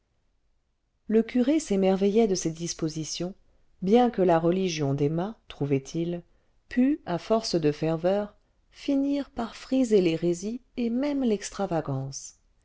le curé s'émerveillait de ces dispositions bien que la religion d'emma trouvait-il pût à force de ferveur finir par friser l'hérésie et même l'extravagance